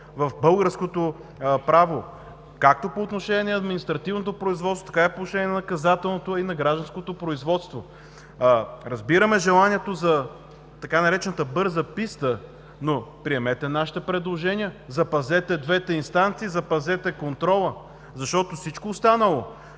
в българското право както по отношение на административното производство, така и по отношение на наказателното и на гражданското производство. Разбираме желанието за така наречената „бърза писта“, но приемете нашите предложения, запазете двете инстанции, запазете контрола, защото всичко останало